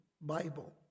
Bible